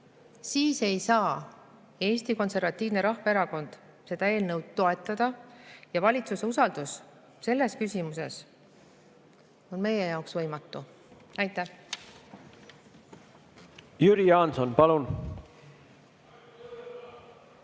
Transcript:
siis ei saa Eesti Konservatiivne Rahvaerakond seda eelnõu toetada. Ja valitsuse usaldus selles küsimuses on meie jaoks võimatu. Aitäh! Jüri Jaanson, palun!